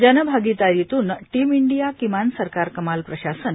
जन भागीदारीतून team India किमान सरकार कमाल प्रशासन